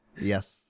Yes